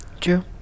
True